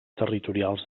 territorials